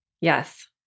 Yes